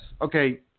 okay